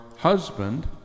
husband